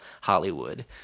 Hollywood